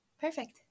Perfect